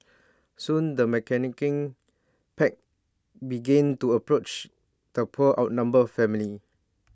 soon the pack began to approach the poor outnumbered family